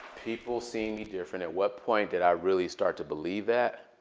people seeing me different. at what point did i really start to believe that?